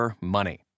money